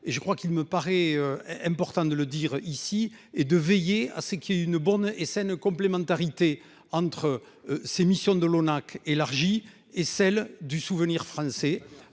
et je crois qu'il me paraît important de le dire ici et de veiller à ce qu'il y ait une bonne et saine complémentarité entre. Ses missions de l'ONAC élargie et celle du Souvenir français